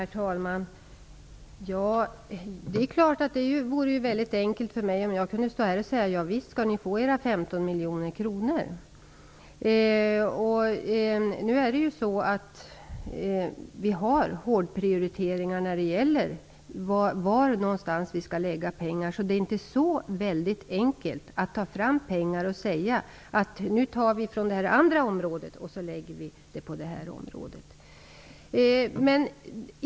Herr talman! Det är klart att det vore mycket enkelt för mig om jag kunde stå här och säga att ni visst skall få era 15 miljoner kronor. Vi prioriterar var vi skall lägga pengar. Det är inte så lätt att ta fram pengar, att bara ta från ett område och ge till ett annat.